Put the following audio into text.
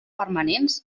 permanents